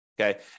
okay